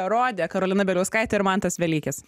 rodė karolina bieliauskaitė ir mantas velykis